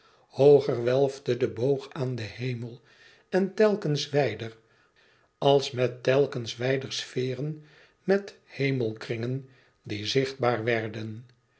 hooger welfde de boog van den hemel en telkens wijder als met telkens wijder sferen met hemelkringen die zichtbaar werden